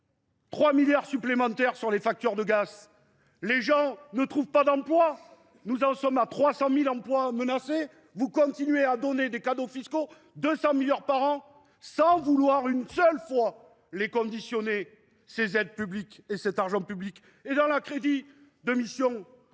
3 milliards d’euros supplémentaires sur les facteurs de gaz. Les gens ne trouvent pas d’emploi ? Nous en sommes à 300 000 emplois menacés ? Vous continuez à donner des cadeaux fiscaux, 200 milliards d’euros par an, sans vouloir une seule fois conditionner ces aides publiques et cet argent public ? Votre projet de budget pour